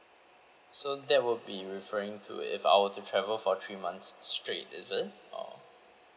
so that will be referring to if I were to travel for three months straight is it or